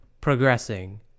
progressing